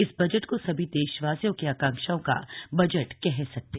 इस बजट को सभी देशवासियों की आकांक्षाओं का बजट कह सकते हैं